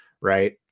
Right